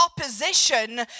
opposition